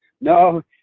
No